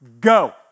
go